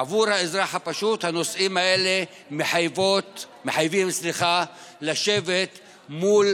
עבור האזרח הפשוט הנושאים האלה מחייבים לשבת מול